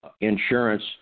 insurance